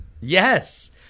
Yes